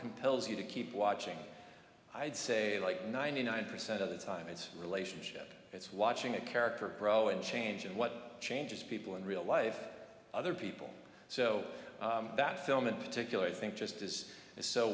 compels you to keep watching i'd say like ninety nine percent of the time it's a relationship that's watching a character grow and change and what changes people in real life other people so that film in particular i think just is so